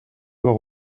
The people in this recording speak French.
dois